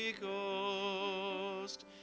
Ghost